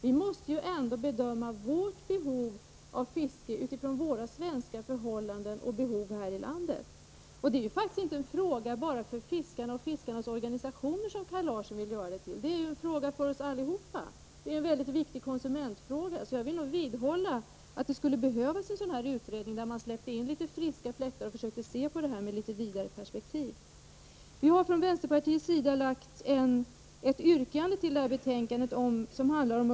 Vi måste ändå bedöma vårt behov av fiske utifrån våra svenska förhållanden. Det är inte bara en fråga för fiskarna och fiskarnas organisationer, som Kaj Larsson vill göra det hela till. Det är en fråga för oss alla, och det är en viktig konsumentfråga. Jag vidhåller att det behövs en utredning där friska fläktar släpps in och där man får se problemet i ett vidare perspektiv. Vi har från vänsterpartiet fogat en reservation till betänkandet om Öresundsbron.